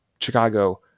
Chicago